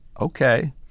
okay